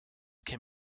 can